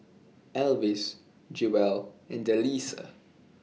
Elvis Jewell and Delisa